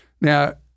Now